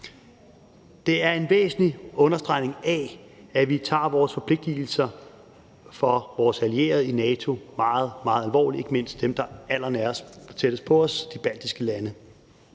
Det er en væsentlig understregning af, at vi tager vores forpligtigelser over for vores allierede i NATO meget, meget alvorligt, ikke mindst dem, der er allernærest og tættest på os: De baltiske lande.